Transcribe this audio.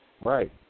Right